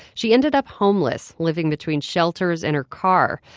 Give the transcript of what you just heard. she ended up homeless, living between shelters and her car.